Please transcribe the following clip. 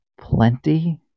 Plenty